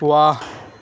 واہ